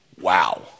Wow